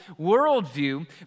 worldview